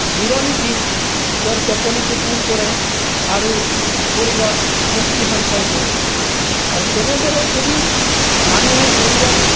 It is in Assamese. জিৰণি দি তেওঁৰ টোপনিটো পূৰ কৰে আৰু শৰীৰত শক্তি সঞ্চয় কৰে আৰু তেনেদৰে যদি মানুহে শৰীৰত